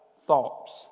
thoughts